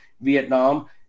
Vietnam